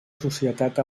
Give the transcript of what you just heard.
societat